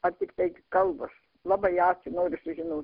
ar tiktai kalbos labai ačiū noriu sužino